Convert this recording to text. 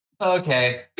Okay